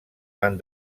van